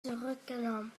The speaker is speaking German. zurückgenommen